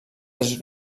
tres